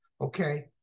Okay